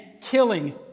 killing